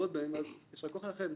יישר כוח לכם.